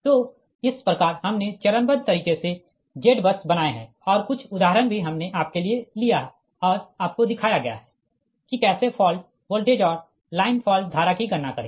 तो इस प्रकार हमने चरणबद्ध तरीके से Z बस बनाएँ और कुछ उदाहरण भी हमने आपके लिए लिया और आपको दिखाया गया है कि कैसे फॉल्ट वोल्टेज और लाइन फॉल्ट धारा की गणना करें